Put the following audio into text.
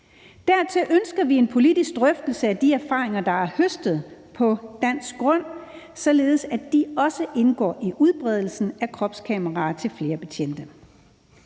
Dertil ønsker vi en politisk drøftelse af de erfaringer, der er høstet på dansk grund, således at de også indgår i det med udbredelsen af kropskameraer til flere betjente.